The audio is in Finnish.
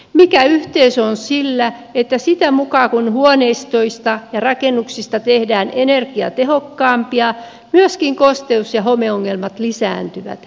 mikä yhteys on sillä että sitä mukaa kuin huoneistoista ja rakennuksista tehdään energiatehokkaampia myöskin kosteus ja homeongelmat lisääntyvät